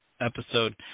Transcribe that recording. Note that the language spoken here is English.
episode